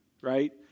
right